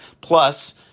Plus